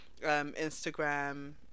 Instagram